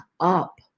up